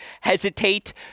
hesitate